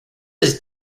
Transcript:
his